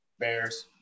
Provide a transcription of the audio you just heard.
Bears